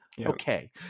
Okay